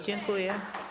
Dziękuję.